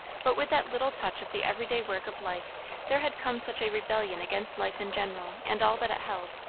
but with that little touch of the everyday work of life there had come such a rebellion against life in general and all that it held,